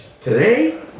Today